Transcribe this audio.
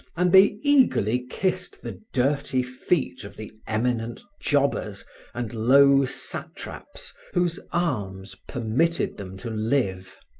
and they eagerly kissed the dirty feet of the eminent jobbers and low satraps whose alms permitted them to live.